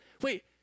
wait